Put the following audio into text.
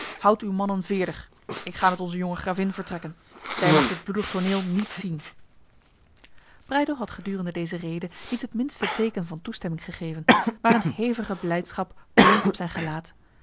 houdt uw mannen veerdig ik ga met onze jonge gravin vertrekken zij mag dit bloedig toneel niet zien breydel had gedurende deze rede niet het minste teken van toestemming gegeven maar een hevige blijdschap blonk op zijn gelaat